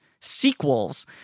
sequels